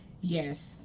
Yes